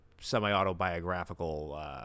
semi-autobiographical